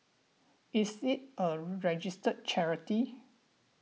is it a registered charity